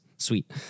sweet